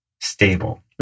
stable